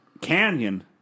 canyon